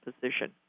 position